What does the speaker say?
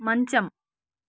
మంచం